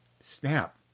snap